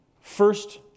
first